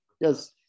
yes